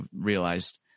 realized